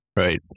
Right